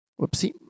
Whoopsie